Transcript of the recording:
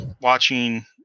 watching